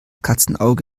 katzenauge